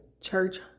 church